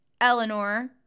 Eleanor